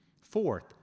Fourth